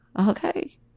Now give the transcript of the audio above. Okay